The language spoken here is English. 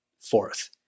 Fourth